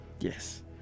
Yes